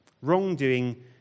Wrongdoing